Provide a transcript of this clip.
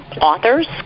authors